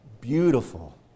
beautiful